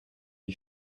lui